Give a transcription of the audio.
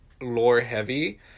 lore-heavy